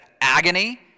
agony